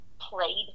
played